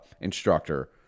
instructor